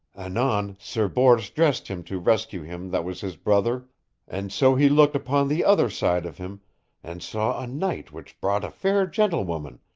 anon sir bors dressed him to rescue him that was his brother and so he looked upon the other side of him and saw a knight which brought a fair gentlewoman,